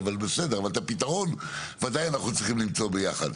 אבל את הפתרון אנחנו בוודאי צריכים למצוא ביחד.